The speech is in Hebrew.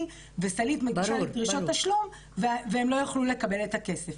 וסלעית מגישה לי דרישות תשלום והם לא יוכלו לקבל את הכסף.